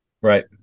Right